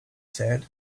said